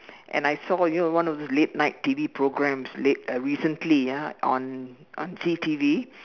and I saw you know one of the late night T_V programs late uh recently ah on on C_T_V